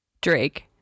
drake